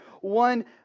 one